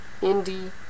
indie